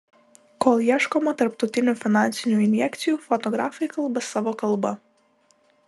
kol ieškoma tarptautinių finansinių injekcijų fotografai kalba savo kalba